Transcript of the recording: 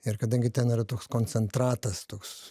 ir kadangi ten yra toks koncentratas toks